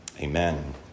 Amen